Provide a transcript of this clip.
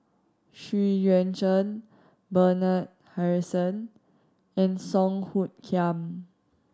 Xu Yuan Zhen Bernard Harrison and Song Hoot Kiam